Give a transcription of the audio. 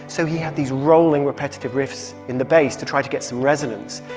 so he had these rolling, repetitive riffs in the bass to try to get some resonance.